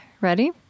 ready